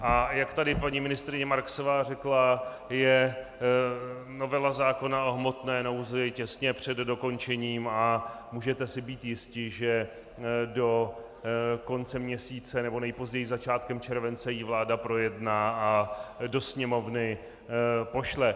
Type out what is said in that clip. A jak tady paní ministryně Marksová řekla, je novela zákona o hmotné nouzi těsně před dokončením a můžete si být jisti, že do konce měsíce nebo nejpozději začátkem července ji vláda projedná a do Sněmovny pošle.